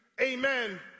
amen